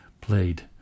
played